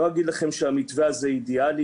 לא אגיד לכם שהמתווה הזה אידיאלי,